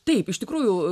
taip iš tikrųjų